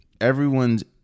Everyone's